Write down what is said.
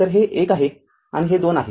तरहे १ आहे हे २ आहे